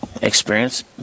experience